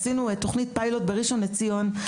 עשינו תכנית פיילוט בראשון לציון,